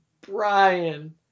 Brian